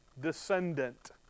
descendant